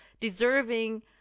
deserving